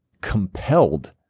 compelled